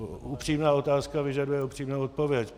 Upřímná otázka vyžaduje upřímnou odpověď.